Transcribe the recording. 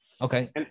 Okay